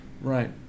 right